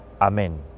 Amen